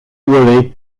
worry